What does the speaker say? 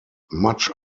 much